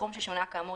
סכום ששונה כאמור,